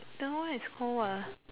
the one is called what ah